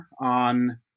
on